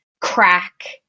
crack